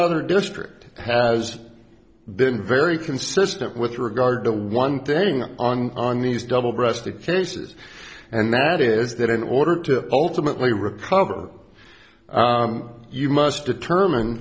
other district has been very consistent with regard to one thing on on these double breasted cases and that is that in order to ultimately recover you must determine